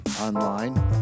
online